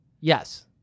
yes